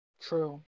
True